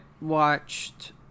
watched